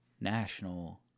National